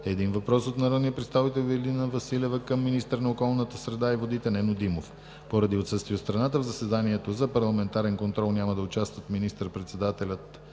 един въпрос от народния представител Ивелина Василева към министъра на околната среда и водите Нено Димов. Поради отсъствие от страната в заседанието за парламентарен контрол няма да участват министър-председателят